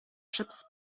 ships